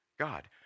God